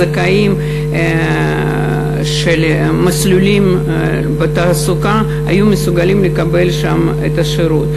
זכאים של מסלולים לתעסוקה היו מסוגלים לקבל שם את השירות.